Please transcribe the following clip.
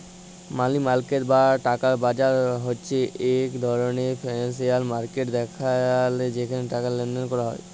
মালি market বা টাকার বাজার হছে ইক ধরলের ফিল্যালসিয়াল মার্কেট যেখালে টাকার লেলদেল হ্যয়